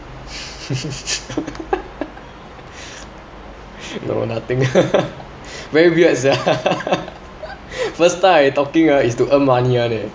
no nothing very weird sia first time I talking ah is to earn money [one] eh